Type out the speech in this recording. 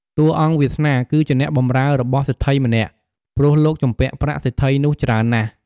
តួអង្គវាសនា គឺជាអ្នកបម្រើរបស់សេដ្ឋីម្នាក់ ព្រោះលោកជំពាក់ប្រាក់សេដ្ឋីនោះច្រើនណាស់។